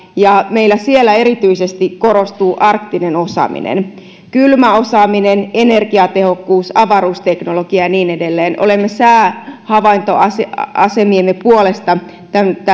ja meillä siellä erityisesti korostuu arktinen osaaminen kylmäosaaminen energiatehokkuus avaruusteknologia ja niin edelleen olemme säähavaintoase miemme puolesta